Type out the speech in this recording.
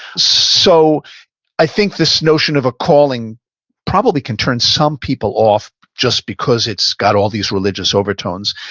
so i think this notion of a calling probably can turn some people off just because it's got all these religious overtones,